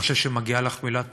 אני חושב שמגיעה לך מילה טובה.